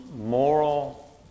moral